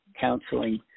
counseling